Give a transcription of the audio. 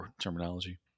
terminology